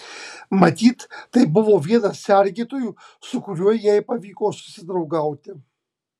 matyt tai buvo vienas sergėtojų su kuriuo jai pavyko susidraugauti